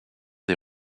des